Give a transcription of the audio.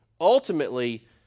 ultimately